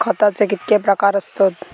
खताचे कितके प्रकार असतत?